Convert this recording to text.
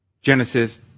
Genesis